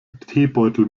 teebeutel